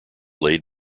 laid